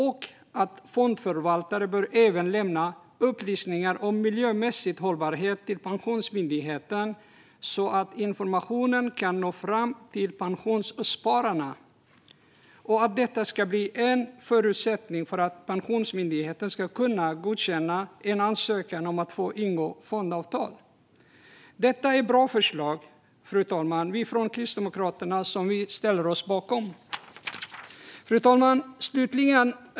Därtill bör fondförvaltare även lämna upplysningar om miljömässig hållbarhet till Pensionsmyndigheten så att informationen kan nå fram till pensionsspararna, och detta ska bli en förutsättning för att Pensionsmyndigheten ska godkänna en ansökan om att få ingå fondavtal. Detta, fru talman, är bra förslag som vi från Kristdemokraterna ställer oss bakom. Fru talman!